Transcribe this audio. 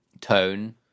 tone